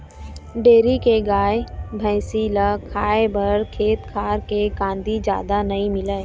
dairy के गाय, भइसी ल खाए बर खेत खार के कांदी जादा नइ मिलय